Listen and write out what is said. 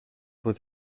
would